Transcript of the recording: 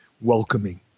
welcoming